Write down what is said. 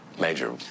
Major